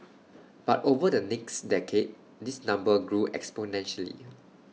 but over the next decade this number grew exponentially